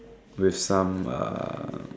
with some uh